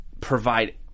provide